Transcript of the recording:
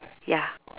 ya